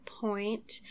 point